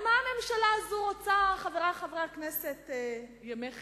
על מה הממשלה הזאת רוצה, חברי חברי כנסת, ימי חסד?